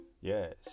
Yes